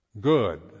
good